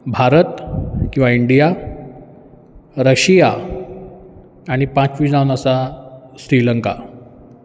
भारत किंवा India Russia आनी पांचवी जावन आसा श्रीलंका